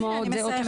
להם